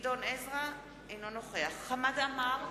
אינו נוכח חמד עמאר,